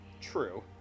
True